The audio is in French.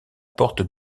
porte